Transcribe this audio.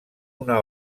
una